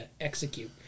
execute